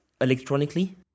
electronically